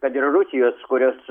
kad ir rusijos kurios